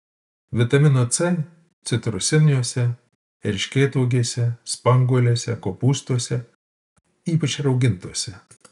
vitamino c citrusiniuose erškėtuogėse spanguolėse kopūstuose ypač raugintuose